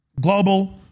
global